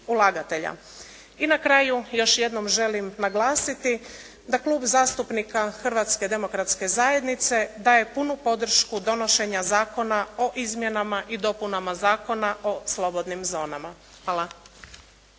I na kraju još jednom želim naglasiti da Klub zastupnika Hrvatske demokratske zajednice daje punu podršku donošenja Zakona o izmjenama i dopunama Zakona o slobodnim zonama. Hvala.